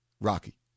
Rocky